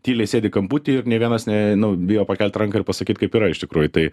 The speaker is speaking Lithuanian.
tyliai sėdi kamputy ir nė vienas nė nu bijo pakelti ranką ir pasakyt kaip yra iš tikrųjų tai